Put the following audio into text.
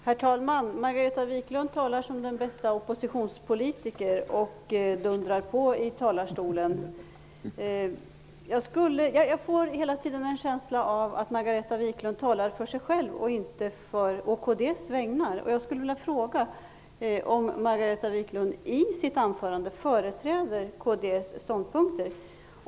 Herr talman! Margareta Viklund talar som den bästa oppositionspolitiker och dundrar på i talarstolen. Jag får hela tiden en känsla av att hon talar för sig själv och inte å kds vägnar. Företrädde Margareta Viklund kds ståndpunkter i sitt anförande?